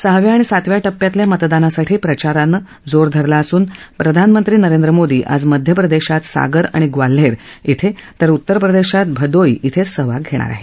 सहाव्या आणि सातव्या टप्प्यातल्या मतदानासाठी प्रचारानं जोर धरला असून प्रधानमंत्री नरेंद्र मोदी आज मध्यप्रदेशात सागर आणि ग्वाल्हेर ििं तर उत्तर प्रदेशात भदोही िं सहभाग घेणार आहेत